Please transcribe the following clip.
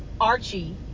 Archie